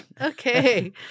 Okay